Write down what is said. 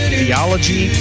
theology